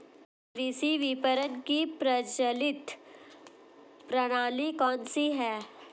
कृषि विपणन की प्रचलित प्रणाली कौन सी है?